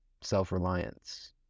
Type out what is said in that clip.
Self-reliance